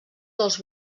dels